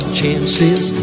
chances